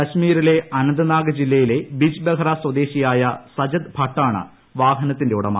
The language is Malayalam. കശ്മീരിലെ അനന്ത് നാഗ് ജില്ലയിലെ ബിജ്ബെഹറ സ്വദേശിയായ സജദ് ഭട്ട് ആണ് വാഹനത്തിന്റെ ഉടമ